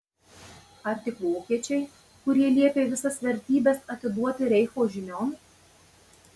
ar tik vokiečiai kurie liepė visas vertybes atiduoti reicho žinion